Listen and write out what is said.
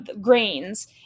grains